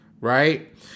right